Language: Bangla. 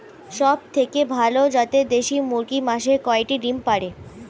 সবথেকে ভালো জাতের দেশি মুরগি মাসে কয়টি ডিম পাড়ে?